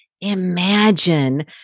Imagine